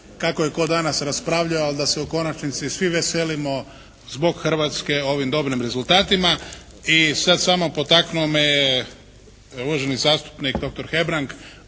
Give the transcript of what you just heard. kako je tko danas raspravljao, ali da se u konačnici svi veselimo zbog Hrvatske ovim dobrim rezultatima i sada samo potaknuo me je uvaženi zastupnik doktor Hebrang